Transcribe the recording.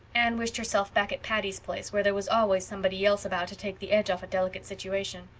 anne wished herself back at patty's place, where there was always somebody else about to take the edge off a delicate situation.